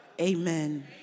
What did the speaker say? Amen